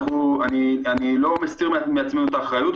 אני לא מסיר מעצמי אחריות,